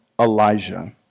Elijah